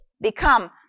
become